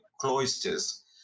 cloisters